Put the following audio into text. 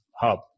hub